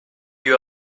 you